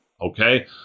okay